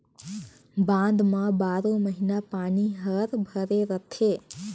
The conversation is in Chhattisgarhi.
बांध म बारो महिना पानी हर भरे रथे